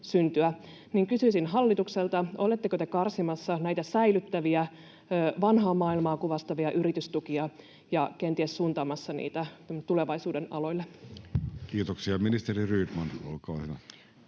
Kysyisin hallitukselta: oletteko te karsimassa näitä säilyttäviä, vanhaa maailmaa kuvastavia yritystukia ja kenties suuntaamassa niitä tulevaisuuden aloille? [Speech 45] Speaker: Jussi Halla-aho